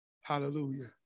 Hallelujah